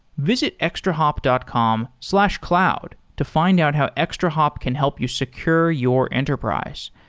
visit extrahop dot com slash cloud to find out how extrahop can help you secure your enterprise.